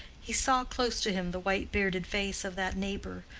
he saw close to him the white-bearded face of that neighbor,